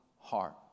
heart